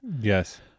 Yes